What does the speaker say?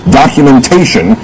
documentation